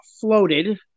floated